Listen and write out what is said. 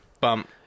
bump